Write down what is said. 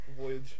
voyage